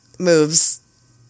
Moves